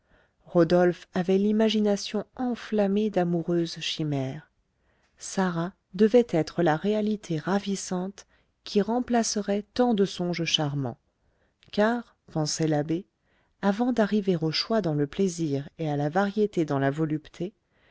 rodolphe avait l'imagination enflammée d'amoureuses chimères sarah devait être la réalité ravissante qui remplacerait tant de songes charmants car pensait l'abbé avant d'arriver au choix dans le plaisir et à la variété dans la volupté